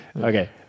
Okay